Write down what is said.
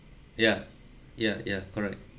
ya ya ya correct